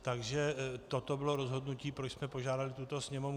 Takže toto bylo rozhodnutí, proč jsme požádali tuto Sněmovnu.